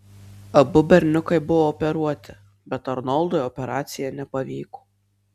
abu berniukai buvo operuoti bet arnoldui operacija nepavyko